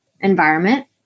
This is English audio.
environment